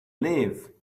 live